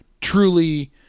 truly